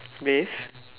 bathe